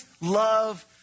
love